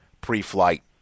pre-flight